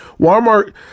Walmart